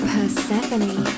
Persephone